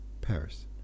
Paris